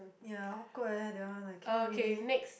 ya awkward leh that one like cannot really